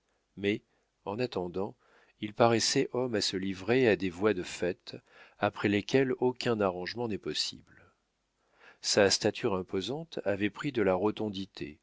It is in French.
mais en attendant il paraissait homme à se livrer à des voies de fait après lesquelles aucun arrangement n'est possible sa stature imposante avait pris de la rotondité